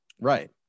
Right